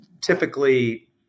typically